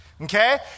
Okay